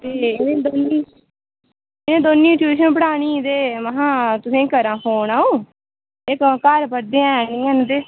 ते इ'नें दोन्नें ई इ'नें दोन्नें ई ट्यूशन पढ़ानी ते महां तुसें ई करां फोन अ'ऊं एह् सगुआं घर पढ़दे है निं हैन ते